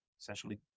essentially